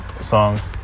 songs